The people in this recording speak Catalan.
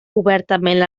obertament